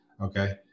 okay